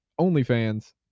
OnlyFans